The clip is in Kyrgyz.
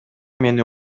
мени